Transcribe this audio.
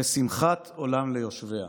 ושמחת עולם ליושביה".